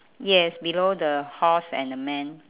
yes below the horse and the man